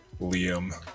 Liam